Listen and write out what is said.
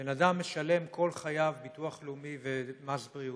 בן אדם משלם כל חייו ביטוח לאומי ומס בריאות,